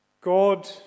God